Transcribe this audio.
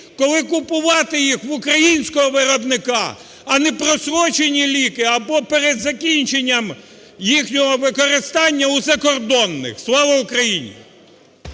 коли купувати їх в українського виробника, а не прострочені ліки або перед закінченням їхнього використання у закордонних. Слава Україні!